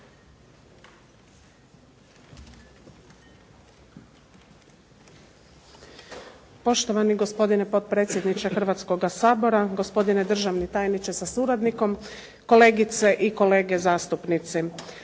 Poštovani gospodine potpredsjedniče Hrvatskoga sabora, gospodine državni tajniče sa suradnikom, kolegice i kolege zastupnici.